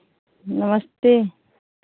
नमस्ते